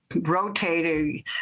rotating